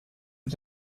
mit